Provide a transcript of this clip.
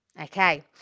Okay